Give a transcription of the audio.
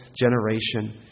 generation